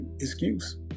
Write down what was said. excuse